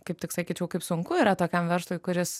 kaip tik sakyčiau kaip sunku yra tokiam verslui kuris